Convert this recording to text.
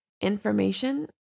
information